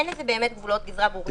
אין לזה באמת גבולות גזרה ברורים.